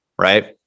right